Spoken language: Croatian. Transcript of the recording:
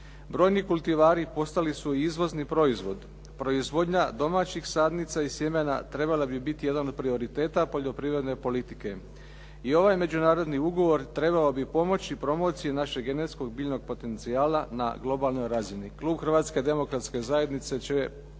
Brojni kultivari postali su izvozni proizvod. Proizvodnja domaćih sadnica i sjemena trebala bi biti jedan od prioriteta poljoprivredne politike. I ovaj međunarodni ugovor trebao bi pomoći promociji našeg genetskog biljnog potencijala na globalnoj razini. Klub Hrvatske demokratske zajednice će